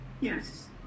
Yes